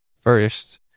First